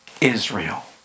Israel